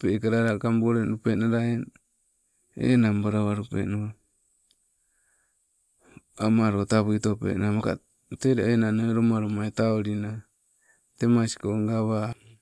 pekala, laa kambu olendupenala enang balawalupe, amalo tawuito penna, maka tee, ule enang nee ule lomalomai taulinna temasko gawamo.